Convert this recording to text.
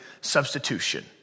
substitution